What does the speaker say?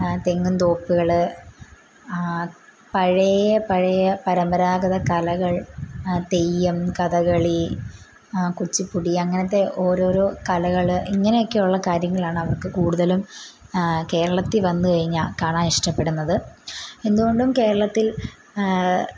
തെങ്ങിൻതോപ്പുകൾ പഴയ പഴയ പരമ്പരാഗത കലകൾ തെയ്യം കഥകളി കുച്ചുപ്പുടി അങ്ങനത്തെ ഓരോരോ കലകൾ ഇങ്ങനെയൊക്കെയുഉള്ള കാര്യങ്ങളാണ് അവർക്ക് കൂടുതലും കേരളത്തീ വന്നുകഴിഞ്ഞാൽ കാണാൻ ഇഷ്ടപ്പെടുന്നത് എന്തുകൊണ്ടും കേരളത്തിൽ